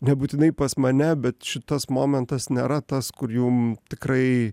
nebūtinai pas mane bet šitas momentas nėra tas kur jum tikrai